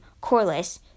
Corliss